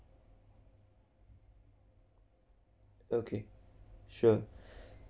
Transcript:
okay sure